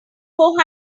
four